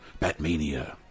Batmania